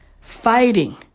fighting